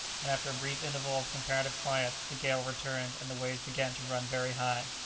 and after a brief interval of comparative quiet, the gale returned and the waves began to run very high.